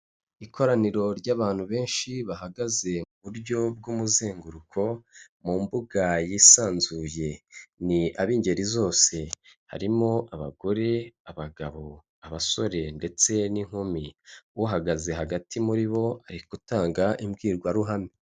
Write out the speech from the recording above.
Ikoraniro ry'abantu benshi bahagaze mu buryo bw'umuzenguruko, mu mbuga yisanzuye, ni ab'ingeri zose harimo abagore, abagabo, abasore ndetse n'inkumi, uhagaze hagati muri bo ari gutanga imbwirwaruhame.